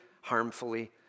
harmfully